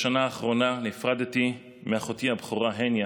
בשנה האחרונה נפרדתי מאחותי הבכורה הניה,